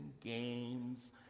games